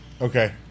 Okay